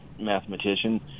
mathematician